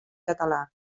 català